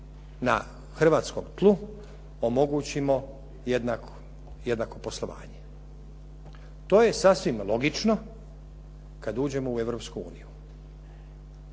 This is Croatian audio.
na hrvatskom tlu omogućimo jednako poslovanje. To je sasvim logično kada uđemo u Europsku uniju.